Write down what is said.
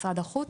משרד החוץ